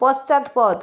পশ্চাৎপদ